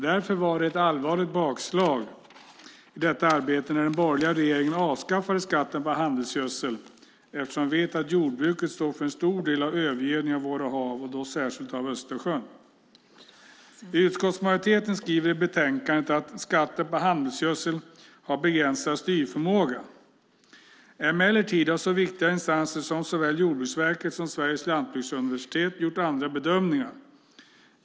Därför var det ett allvarligt bakslag i detta arbete när den borgerliga regeringen avskaffade skatten på handelsgödsel. Vi vet ju att jordbruket står för en stor del av övergödningen av våra hav, särskilt Östersjön. Utskottsmajoriteten skriver i betänkandet att skatten på handelsgödsel har begränsad styrförmåga. Emellertid har så viktiga instanser som såväl Jordbruksverket som Sveriges lantbruksuniversitet gjort andra bedömningar.